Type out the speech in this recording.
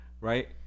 right